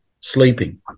sleeping